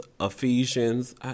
Ephesians